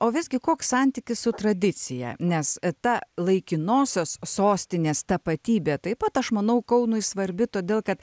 o visgi koks santykis su tradicija nes ta laikinosios sostinės tapatybė taip pat aš manau kaunui svarbi todėl kad